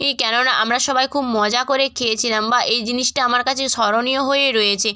এই কেননা আমরা সবাই খুব মজা করে খেয়েছিলাম বা এই জিনিসটা আমার কাছে স্মরণীয় হয়েই রয়েছে